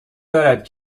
دارد